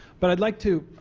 but i'd like to